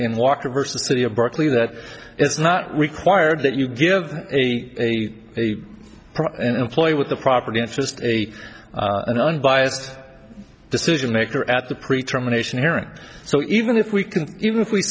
vs city of berkeley that it's not required that you give a a an employee with the property interest a an unbiased decision maker at the pre term a nation hearing so even if we can even if we